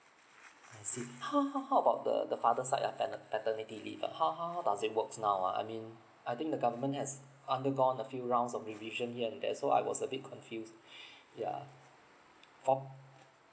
I see how how how about the the father side ah paternity leave ah how how how does it works now ah I mean I think the government has undergone a few rounds of revision here and there so I was a bit confused yeah for